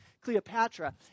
Cleopatra